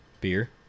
Beer